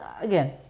again